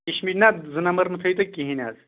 یہِ نہ زٕ نَمبر مَہ تھٲیِو تُہۍ کِہیٖنۍ حظ